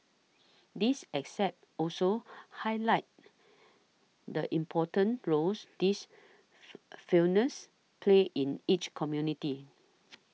these except also highlight the important roles these felines play in each community